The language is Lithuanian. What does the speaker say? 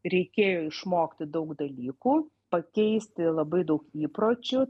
reikėjo išmokti daug dalykų pakeisti labai daug įpročių